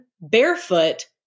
barefoot